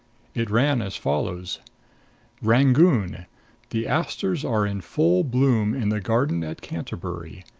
it ran as follows rangoon the asters are in full bloom in the garden at canterbury.